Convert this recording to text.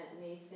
Nathan